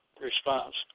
response